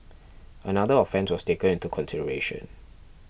another offence was taken into consideration